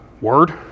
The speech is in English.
word